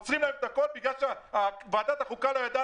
עוצרים להם את הכול בגלל שוועדת החוקה לא ידעה